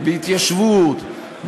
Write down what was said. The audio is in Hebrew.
בהתיישבות,